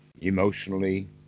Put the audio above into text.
emotionally